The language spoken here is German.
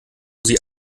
sie